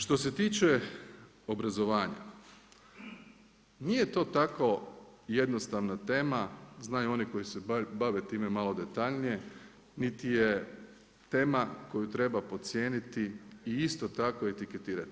Što se tiče obrazovanja nije to tako jednostavna tema znaju oni koji se bave time malo detaljnije, niti je tema koju treba podcijeniti i isto tako etiketirati.